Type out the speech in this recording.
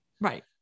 right